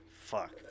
Fuck